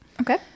okay